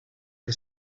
que